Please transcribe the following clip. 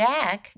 Jack